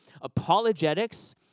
Apologetics